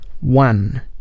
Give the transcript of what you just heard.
one